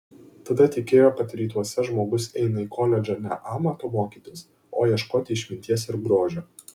tada tikėjo kad rytuose žmogus eina į koledžą ne amato mokytis o ieškoti išminties ir grožio